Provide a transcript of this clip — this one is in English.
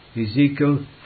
Ezekiel